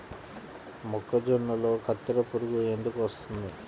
మొక్కజొన్నలో కత్తెర పురుగు ఎందుకు వస్తుంది?